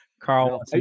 Carl